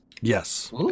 Yes